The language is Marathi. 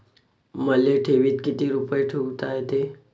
मले ठेवीत किती रुपये ठुता येते?